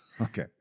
Okay